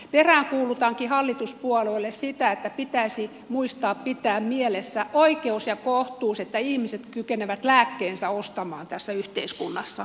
peräänkuulutankin hallituspuolueille sitä että pitäisi muistaa pitää mielessä oikeus ja kohtuus että ihmiset kykenevät lääkkeensä ostamaan tässä yhteiskunnassa